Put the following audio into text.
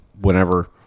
whenever